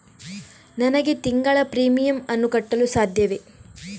ನನಗೆ ತಿಂಗಳ ಪ್ರೀಮಿಯಮ್ ಅನ್ನು ಕಟ್ಟಲು ಸಾಧ್ಯವೇ?